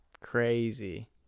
Crazy